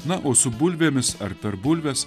na o su bulvėmis ar per bulves